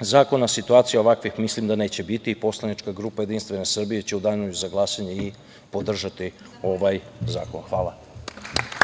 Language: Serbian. zakona situacija ovakvih mislim da neće biti. Poslanička grupa Jedinstvene Srbije će u danu za glasanje i podržati ovaj zakon. Hvala.